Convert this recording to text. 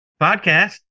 podcast